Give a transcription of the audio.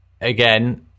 again